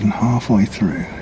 halfway through.